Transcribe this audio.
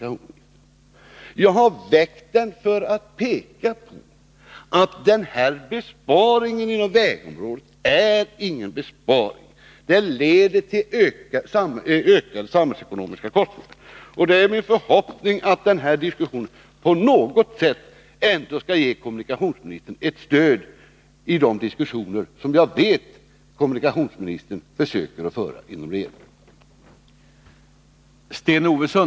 Jag har väckt den för att peka på att den här besparingen inom vägområdet inte är någon besparing — den leder till ökade samhällsekonomiska kostnader. Det är min förhoppning att denna debatt på något sätt ändå skall ge kommunikationsministern ett stöd i de diskussioner som jag vet att kommunikationsministern försöker föra inom regeringen.